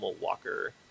Walker